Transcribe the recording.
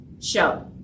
Show